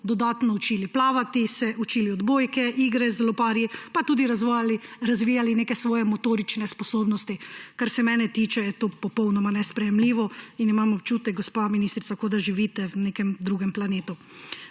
dodatno učili plavati, se učili odbojke, igre z loparji pa tudi razvijali neke svoje motorične sposobnosti. Kar se mene tiče, je to popolnoma nesprejemljivo in imam občutek, gospa ministrica, kot da živite na nekem drugem planetu.